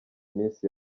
minsi